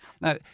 Now